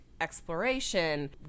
exploration